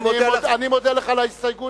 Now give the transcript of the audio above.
אני מודה לך על ההסתייגות.